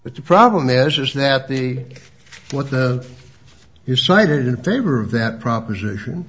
but the problem is is that the what the you cited in favor of that proposition